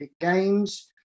Games